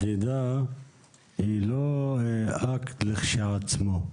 מדידה היא לא אקט כשלעצמו,